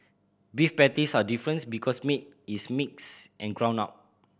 beef patties are difference because meat is mixed and ground up